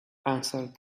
answered